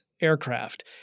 aircraft